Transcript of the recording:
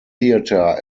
theatre